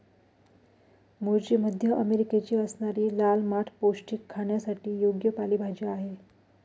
मूळची मध्य अमेरिकेची असणारी लाल माठ पौष्टिक, खाण्यासाठी योग्य पालेभाजी आहे